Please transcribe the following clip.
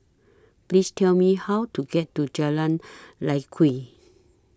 Please Tell Me How to get to Jalan Lye Kwee